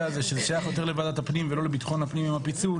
הזה ששייך יותר לוועדת הפנים ולא לביטחון הפנים עם הפיצול,